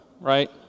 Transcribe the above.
right